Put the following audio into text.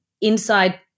inside